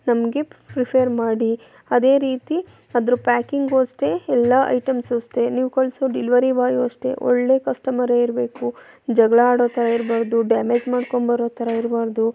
ನಮಗೆ ಪ್ರಿಫೆರ್ ಮಾಡಿ ಅದೇ ರೀತಿ ಅದರ ಪ್ಯಾಕಿಂಗು ಅಷ್ಟೆ ಎಲ್ಲ ಐಟಮ್ಸು ಅಷ್ಟೆ ನೀವು ಕಳ್ಸೊ ಡಿಲಿವರಿ ಬಾಯು ಅಷ್ಟೆ ಒಳ್ಳೆ ಕಸ್ಟಮರೇ ಇರಬೇಕು ಜಗಳ ಆಡೋ ಥರ ಇರಬಾರ್ದು ಡ್ಯಾಮೇಜ್ ಮಾಡ್ಕೊಂಡು ಬರೋ ಥರ ಇರಬಾರ್ದು